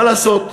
מה לעשות,